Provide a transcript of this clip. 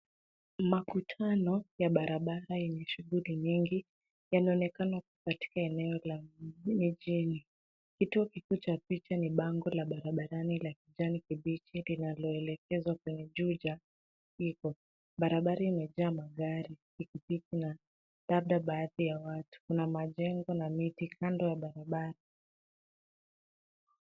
Makutano ya barabara yenye shughuli nyingi yanaonekana katika eneo la mjini. Kituo kikuu cha picha ni bango la barabarani la kijani kibichi linaloelekeza kwenye Juja iko. Barabara imejaa magari, pikipiki na labda baadhi ya watu. Kuna majengo na miti kando ya barabara.